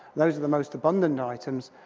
those are the most abundant items.